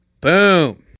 Boom